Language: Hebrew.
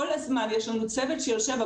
יש לנו צוות שיושב כל הזמן,